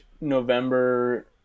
November